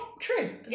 true